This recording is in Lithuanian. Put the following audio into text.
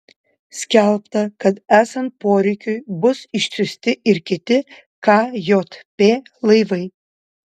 skelbta kad esant poreikiui bus išsiųsti ir kiti kjp laivai